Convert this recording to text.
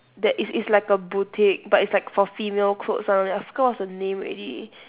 that it's it's like a boutique but it's like for female clothes [one] wait I forgot what's the name already